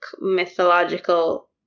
mythological